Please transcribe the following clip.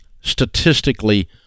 statistically